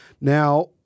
Now